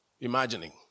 imagining